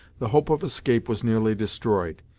the hope of escape was nearly destroyed,